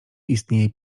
istnieje